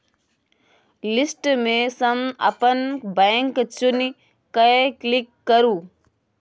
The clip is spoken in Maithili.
लिस्ट मे सँ अपन बैंक चुनि कए क्लिक करु